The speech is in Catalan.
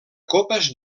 copes